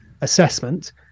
assessment